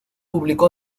publicó